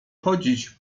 chodzić